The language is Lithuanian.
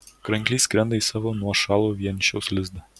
kranklys skrenda į savo nuošalų vienišiaus lizdą